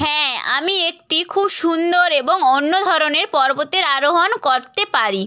হ্যাঁ আমি একটি খুব সুন্দর এবং অন্য ধরনের পর্বতের আরোহণ করতে পারি